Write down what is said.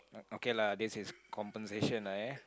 okay lah this is compensation lah eh